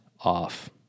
off